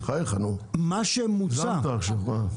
בחייך, הגזמת עכשיו.